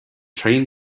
train